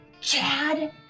Chad